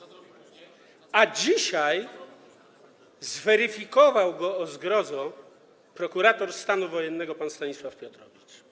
A dzisiaj zweryfikował go, o zgrozo, prokurator stanu wojennego pan Stanisław Piotrowicz.